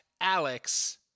Alex